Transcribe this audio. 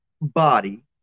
body